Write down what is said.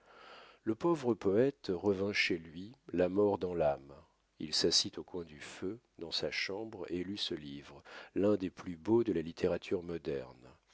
le pauvre poète revint chez lui la mort dans l'âme il s'assit au coin du feu dans sa chambre et lut ce livre l'un des plus beaux de la littérature moderne